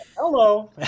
hello